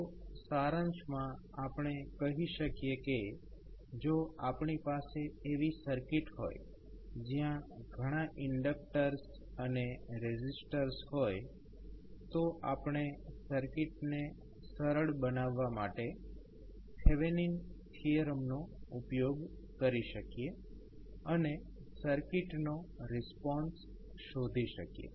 તો સારાંશમાં આપણે કહી શકીએ કે જો આપણી પાસે એવી સર્કિટ હોય જયાં ઘણા ઇન્ડક્ટર્સ અને રેઝિસ્ટર્સ હોય તો આપણે સર્કિટને સરળ બનાવવા માટે થેવેનિન થીયરમનો ઉપયોગ કરી શકીએ અને સર્કિટનો રિસ્પોન્સ શોધી શકીએ